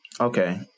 Okay